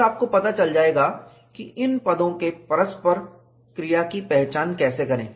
फिर आपको पता चल जाएगा कि इन पदों के परस्पर क्रिया की पहचान कैसे करें